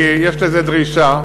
כי יש לזה דרישה.